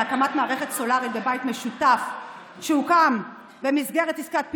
להקמת מערכת סולרית בבית משותף שהוקם במסגרת עסקת פינוי-בינוי,